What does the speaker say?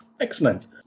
Excellent